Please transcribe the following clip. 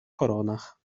koronach